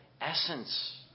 essence